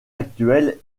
actuel